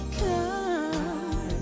come